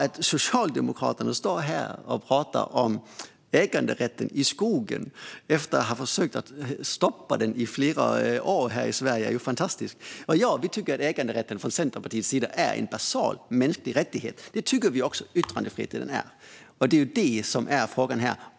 Att Socialdemokraterna står här och talar om äganderätten i skogen efter att ha försökt stoppa det i flera år i Sverige är fantastiskt. Ja, Centerpartiet tycker att äganderätten är en basal mänsklig rättighet. Det tycker vi också att yttrandefriheten är. Det är detta som är frågan här.